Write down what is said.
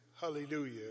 hallelujah